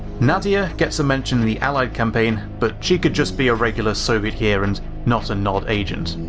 nadia gets a mention in the allied campaign, but she could just be a regular soviet here and not a nod agent.